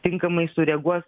tinkamai sureaguot